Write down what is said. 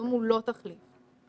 הזום הוא לא תחליף ראוי.